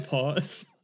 pause